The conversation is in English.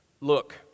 look